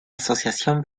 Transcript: asociación